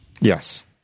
Yes